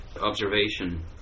observation